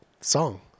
song